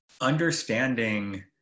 understanding